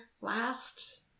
last